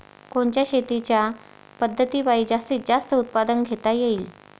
कोनच्या शेतीच्या पद्धतीपायी जास्तीत जास्त उत्पादन घेता येईल?